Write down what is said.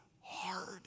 hard